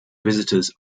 visitors